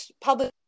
public